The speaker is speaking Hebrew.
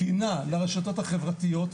תקינה לרשתות החברתיות,